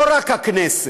לא רק הכנסת,